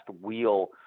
wheel